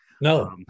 No